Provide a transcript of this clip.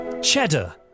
Cheddar